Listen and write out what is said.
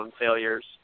failures